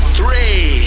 three